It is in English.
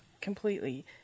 completely